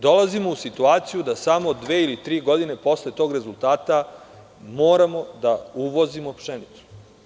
Dolazimo situaciju da samo dve ili tri godine posle tog rezultata moramo da uvozimo pšenicu.